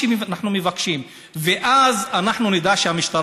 אנחנו כולנו ראינו את התמונות כשהוסרה המסכה